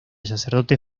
sacerdote